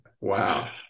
Wow